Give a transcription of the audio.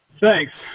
Thanks